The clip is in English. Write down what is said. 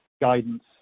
guidance